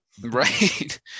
right